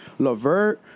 Lavert